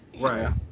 Right